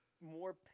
more